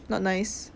not nice